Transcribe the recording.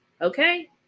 okay